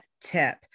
tip